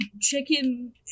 chicken